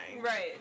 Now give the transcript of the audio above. Right